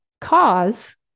cause